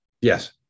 Yes